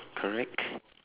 correct